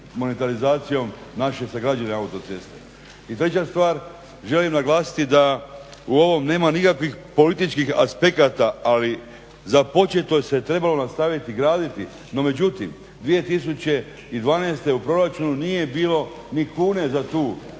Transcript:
monetarizacijom naše sagrađene autoceste. I treća stvar, želim naglasiti da u ovom nema nikakvih političkih aspekata ali započeto je se trebalo nastaviti graditi, no međutim 2012.u proračunu nije bilo ni kune za tu